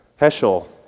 Heschel